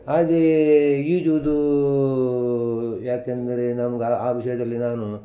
ಹಾಗೆಯೇ ಈಜುವುದು ಯಾಕೆಂದರೆ ನಮ್ಗೆ ಆ ಆ ವಿಷಯದಲ್ಲಿ ನಾನು